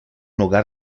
hogar